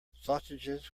sausages